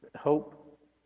Hope